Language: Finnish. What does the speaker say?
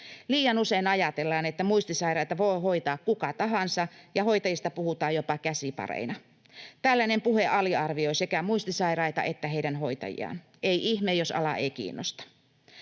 Liian usein ajatellaan, että muistisairaita voi hoitaa kuka tahansa, ja hoitajista puhutaan jopa käsipareina. Tällainen puhe aliarvioi sekä muistisairaita että heidän hoitajiaan. Ei ihme, jos ala ei kiinnosta.